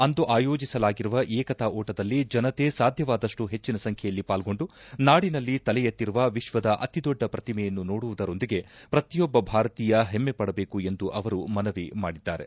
ಅಂದು ಆಯೋಜಿಸಲಾಗಿರುವ ಏಕತಾ ಓಟದಲ್ಲಿ ಜನತೆ ಸಾಧ್ಯವಾದಷ್ಟು ಹೆಚ್ಚಿನ ಸಂಖ್ಯೆಯಲ್ಲಿ ಪಾಲ್ಗೊಂಡು ನಾಡಿನಲ್ಲಿ ತಲೆ ಎತ್ತಿರುವ ವಿಶ್ವದ ಅತಿದೊಡ್ಡ ಪ್ರತಿಮೆಯನ್ನು ನೋಡುವುದರೊಂದಿಗೆ ಪ್ರತಿಯೊಬ್ಬ ಭಾರತೀಯ ಹೆಮ್ನೆ ಪಡಬೇಕು ಎಂದು ಅವರು ಮನವಿ ಮಾಡಿದ್ದಾರೆ